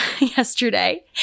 yesterday